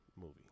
movie